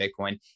Bitcoin